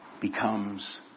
becomes